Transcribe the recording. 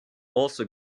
also